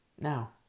Now